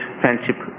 friendship